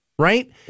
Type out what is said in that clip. right